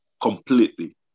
Completely